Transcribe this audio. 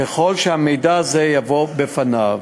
ככל שהמידע הזה יובא בפניו.